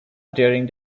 during